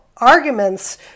arguments